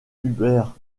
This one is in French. hubert